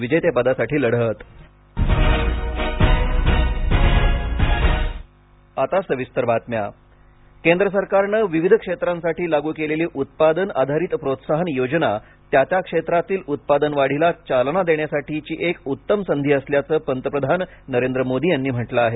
विजेतेपदासाठी लढत मोदी नीती आयोग केंद्र सरकारनं विविध क्षेत्रांसाठी लागू केलेली उत्पादन आधारित प्रोत्साहन योजना त्या त्या क्षेत्रातील उत्पादन वाढीला चालना देण्यासाठीची एक उत्तम संधी असल्याचं पंतप्रधान नरेंद्र मोदी यांनी म्हटलं आहे